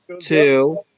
two